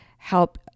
help